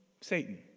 Satan